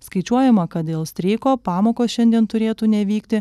skaičiuojama kad dėl streiko pamokos šiandien turėtų nevykti